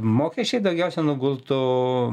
mokesčiai daugiausia nugultų